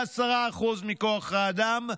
ב-10% מכוח האדם,